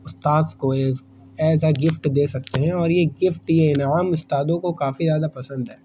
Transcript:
استاذ کو as as a gift دے سکتے ہیں اور یہ گفٹ یہ انعام استادوں کو کافی زیادہ پسند ہے